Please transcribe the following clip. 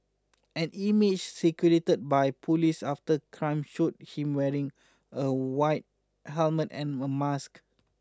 an image circulated by police after crime showed him wearing a white helmet and a mask